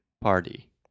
party